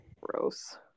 Gross